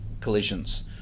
collisions